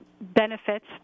benefits